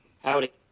Howdy